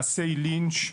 מעשי לינץ',